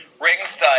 ringside